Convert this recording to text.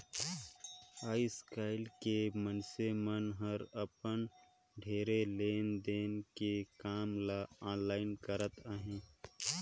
आएस काएल के मइनसे मन हर अपन ढेरे लेन देन के काम ल आनलाईन करत अहें